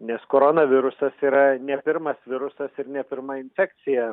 nes koronavirusas yra ne pirmas virusas ir ne pirma infekcija